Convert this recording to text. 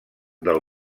del